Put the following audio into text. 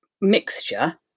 mixture